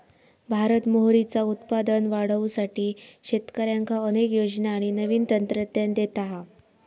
भारत मोहरीचा उत्पादन वाढवुसाठी शेतकऱ्यांका अनेक योजना आणि नवीन तंत्रज्ञान देता हा